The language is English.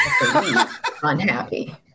Unhappy